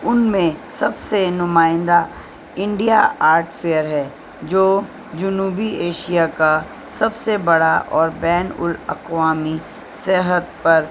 ان میں سب سے نمائندہ انڈیا آرٹ فیئر ہے جو جنوبی ایشیا کا سب سے بڑا اور بین الاقوامی صحت پر